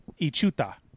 Ichuta